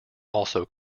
also